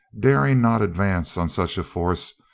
daring not advance on such a force,